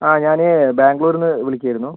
ആ ഞാൻ ബാംഗ്ലൂരിൽ നിന്ന് വിളിക്കുവായിരുന്നു